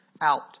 out